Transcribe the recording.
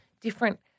different